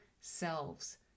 selves